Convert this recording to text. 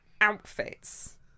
outfits